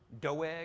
Doeg